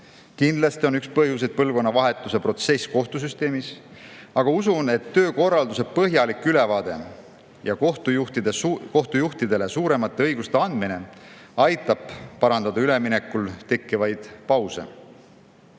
Kindlasti on üks põhjus põlvkonnavahetuse protsess kohtusüsteemis, aga usun, et töökorralduse põhjalik ülevaade ja kohtujuhtidele suuremate õiguste andmine aitab leevendada üleminekul tekkivaid pause.